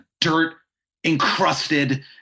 dirt-encrusted